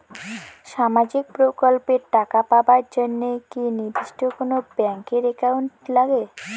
সামাজিক প্রকল্পের টাকা পাবার জন্যে কি নির্দিষ্ট কোনো ব্যাংক এর একাউন্ট লাগে?